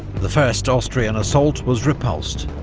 the first austrian assault was repulsed.